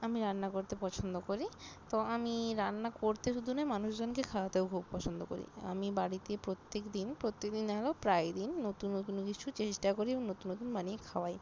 আমি রান্না করতে পছন্দ করি তো আমি রান্না করতে শুধু নয় মানুষজনকে খাওয়াতেও খুব পছন্দ করি আমি বাড়িতে প্রত্যেক দিন প্রত্যেক দিন নাহলেও প্রায় দিন নতুন নতুন কিছু চেষ্টা করি এবং নতুন নতুন বানিয়ে খাওয়াই